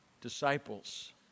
disciples